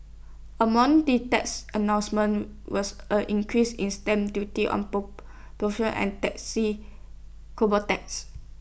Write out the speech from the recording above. among the tax announcements was A increase in stamp duty on carbon tax